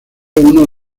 uno